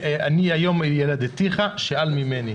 אני היום ילידיתיך, שאל ממני.